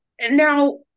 now